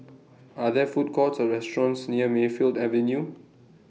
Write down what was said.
Are There Food Courts Or restaurants near Mayfield Avenue